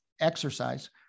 exercise